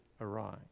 arise